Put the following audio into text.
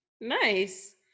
Nice